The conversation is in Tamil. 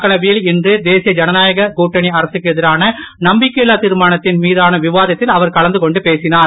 மக்களவையில் இன்று தேசிய ஜனநாயக முன்னணி அரசுக்கு எதிரான நம்பிக்கையில்லா திர்மானத்தின் மீதான விவாதத்தில் அவர் கலந்து கொண்டு பேசினார்